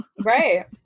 Right